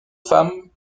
femmes